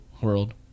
World